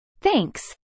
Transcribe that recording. Thanks